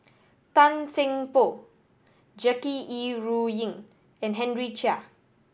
Tan Seng Poh Jackie Yi Ru Ying and Henry Chia